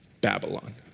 Babylon